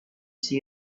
see